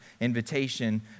invitation